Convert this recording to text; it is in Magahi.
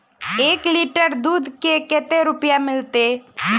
एक लीटर दूध के कते रुपया मिलते?